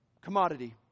commodity